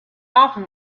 often